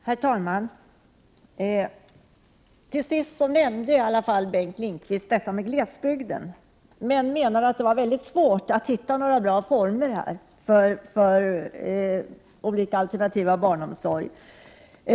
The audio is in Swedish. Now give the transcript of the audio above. Herr talman! Till sist nämnde i alla fall Bengt Lindqvist detta med glesbygden, och han menade att det där är väldigt svårt att hitta några bra former för olika alternativ när det gäller barnomsorg.